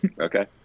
Okay